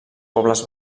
pobles